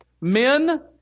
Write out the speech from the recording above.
men